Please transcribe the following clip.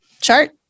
chart